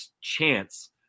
chance